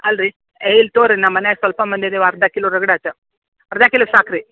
ಅಲ್ರಿ ಏಯ್ ಇಲ್ಲ ತೊಗೋಳ್ರಿ ನಮ್ಮ ಮನ್ಯಾಗೆ ಸ್ವಲ್ಪ ಮಂದಿ ಇದೀವಿ ಅರ್ಧ ಕಿಲೋ ರಗಡ್ ಆತು ಅರ್ಧ ಕಿಲೋ ಸಾಕು ರೀ